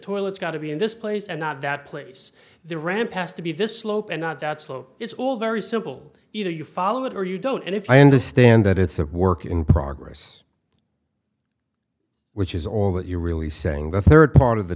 toilets got to be in this place and not that place they ran past to be this slope and not that slow it's all very simple you know you follow it or you don't and if i understand that it's a work in progress which is all that you're really saying the third part of the